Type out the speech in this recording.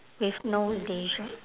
with no leisure